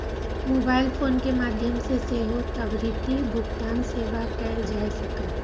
mobile phone के माध्यम सं सेहो त्वरित भुगतान सेवा कैल जा सकैए